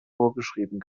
vorgeschrieben